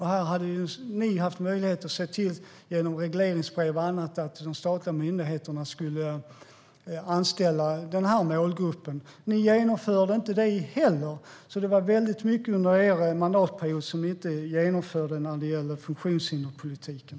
Här hade ni haft möjlighet att genom regleringsbrev och annat se till att de statliga myndigheterna skulle anställa den här målgruppen. Ni genomförde inte det heller. Det var väldigt mycket som ni inte genomförde under er mandatperiod inom funktionshinderspolitiken.